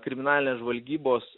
kriminalinės žvalgybos